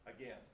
Again